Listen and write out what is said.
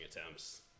attempts